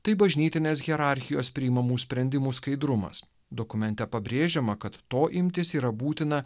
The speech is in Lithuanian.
tai bažnytinės hierarchijos priimamų sprendimų skaidrumas dokumente pabrėžiama kad to imtis yra būtina